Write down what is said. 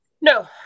No